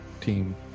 team